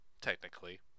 technically